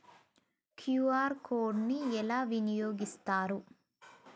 QR code ని ఎలా వినియోగిస్తారు?